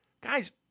Guys